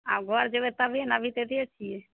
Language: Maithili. आब घर जेबै तभिए ने अभी तऽ एतैए छियै